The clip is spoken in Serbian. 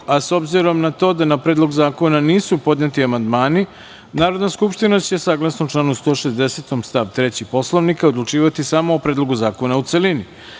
obzirom na to da na Predlog zakona nisu podneti amandmani, Narodna skupština će, saglasno članu 160. stav 3. Poslovnika, odlučivati samo o Predlogu zakona u